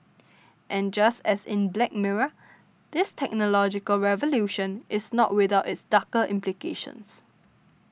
and just as in Black Mirror this technological revolution is not without its darker implications